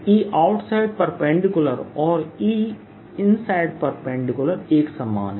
Eoutside और Einside एकसमान है